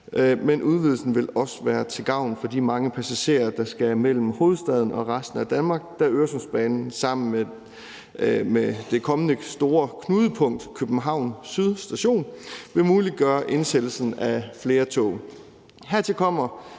men udvidelsen vil også være til gavn for de mange passagerer, der skal rejse mellem hovedstaden og resten af Danmark, da Øresundsbanen sammen med det kommende store knudepunkt København Syd Station vil muliggøre indsættelsen af flere tog.